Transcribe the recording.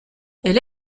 elle